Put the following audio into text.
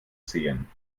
sehen